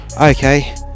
Okay